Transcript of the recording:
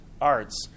arts